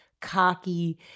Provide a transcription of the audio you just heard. cocky